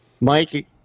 Mike